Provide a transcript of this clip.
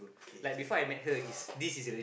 like before I met her this is it